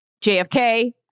JFK